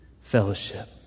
fellowship